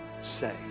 say